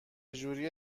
جوری